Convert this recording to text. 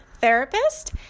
Therapist